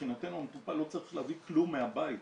מבחינתנו המטופל לא צריך להביא כלום מהבית.